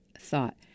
thought